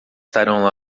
estarão